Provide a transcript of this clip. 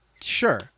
Sure